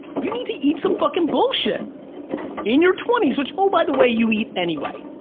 you need to eat some fucking bullshit in your twenty s, which oh, by the way, you eat anyway.